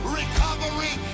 recovery